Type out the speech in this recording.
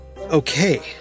Okay